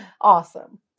awesome